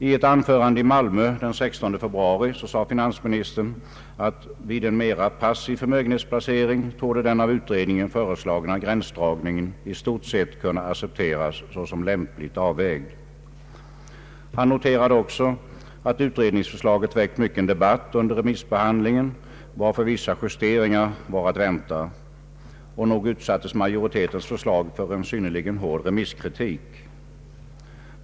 I ett anförande i Malmö den 16 februari sade finansministern att ”vid en mera passiv förmögenhetsplacering torde den av utredningen föreslagna gränsdragningen i stort sett kunna accepteras såsom lämpligt avvägd”. Finansministern noterade också att utredningsförslaget väckt mycken debatt under remissbehandlingen, varför vissa justeringar var att vänta. Och nog utsattes majoritetens förslag för en synnerligen hård remisskritik.